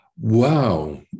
Wow